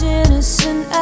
innocent